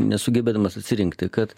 nesugebėdamas atsirinkti kad